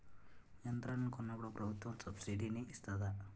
యంత్రాలను కొన్నప్పుడు ప్రభుత్వం సబ్ స్సిడీ ఇస్తాధా?